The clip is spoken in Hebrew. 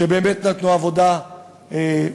שבאמת נתנו עבודה טובה,